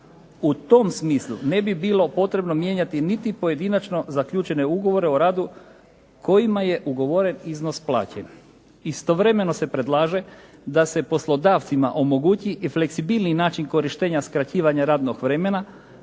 U tom smislu ne bi bilo potrebno mijenjati niti pojedinačno zaključene ugovore o radu kojima je ugovoren iznos plaćen. Istovremeno se predlaže da se poslodavcima omogući i fleksibilniji način korištenja skraćivanja radnog vremena